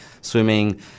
swimming